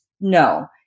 no